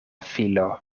filo